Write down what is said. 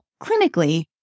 clinically